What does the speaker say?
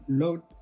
load